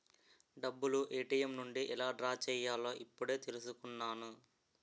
డబ్బులు ఏ.టి.ఎం నుండి ఎలా డ్రా చెయ్యాలో ఇప్పుడే తెలుసుకున్నాను